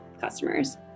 customers